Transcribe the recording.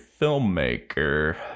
filmmaker